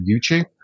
YouTube